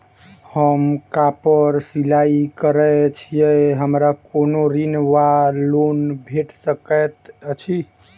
हम कापड़ सिलाई करै छीयै हमरा कोनो ऋण वा लोन भेट सकैत अछि?